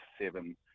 seven